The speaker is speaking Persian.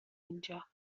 اینجا